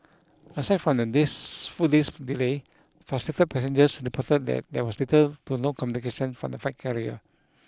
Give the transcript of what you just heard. aside from this full day's delay frustrated passengers reported that there was little to no communication from the flight carrier